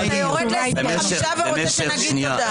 אתה יורד ל-25% ורוצה שנגיד תודה?